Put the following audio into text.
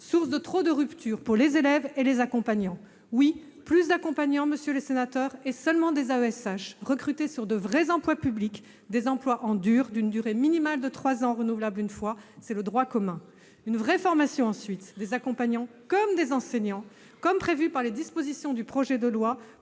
source de trop nombreuses ruptures pour les élèves et les accompagnants. Oui, plus d'accompagnants, monsieur le sénateur, et seulement des AESH recrutés sur de vrais emplois publics, des emplois « en dur » d'une durée minimale de trois ans renouvelable une fois : c'est le droit commun. C'est ensuite une vraie formation, des accompagnants comme des enseignants, ainsi que le prévoient les dispositions du projet de loi